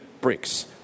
bricks